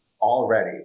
already